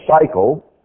cycle